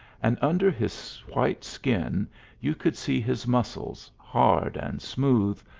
and under his white skin you could see his muscles, hard and smooth,